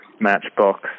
matchbox